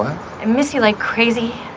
i miss you like crazy.